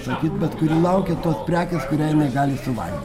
sakyt bet kuri laukia tos prekės kurią jinai gali suvalgyt